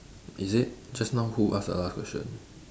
is it just now who ask the last question